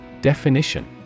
Definition